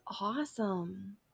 awesome